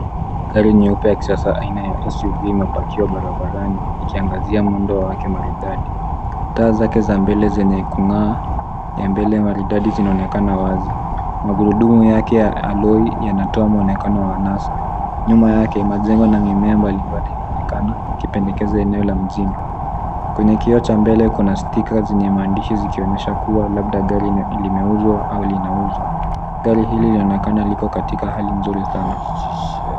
Gari nyeupe ya kisasa aina ya SUV imepakiwa barabarani, ikiangazia muundo wake maridadi. Taa zake za mbele zenye kung'aa, ya mbele maridadi zinaonekana wazi. Magurudumu yake ya aloi yanatoa mwonekana wa anasa. Nyuma yake, majengo na mimea mbalimbali yaonekana ikipendekeza eneo la mjini. Kwenye kioo cha mbele kuna stika zenye maandishi zikionyesha kuwa labda gari limeuzwa au linauzwa. Gari hili linaonekana liko katika hali nzuri sana.